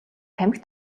тамхи